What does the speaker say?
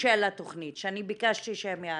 של התכנית שאני ביקשתי שהם יערכו,